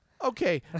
Okay